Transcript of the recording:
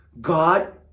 God